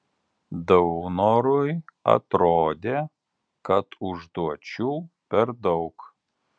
daunorui atrodė kad užduočių per daug